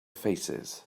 faces